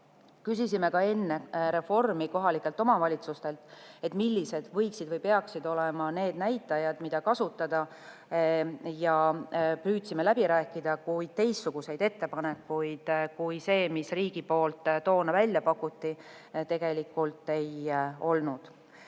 lõikes. Küsisime ka enne reformi kohalikelt omavalitsustelt, millised võiksid olla või peaksid olema need näitajad, mida kasutada. Püüdsime läbi rääkida, kuid teistsuguseid ettepanekuid kui see, mis riigi poolt toona välja pakuti, tegelikult ei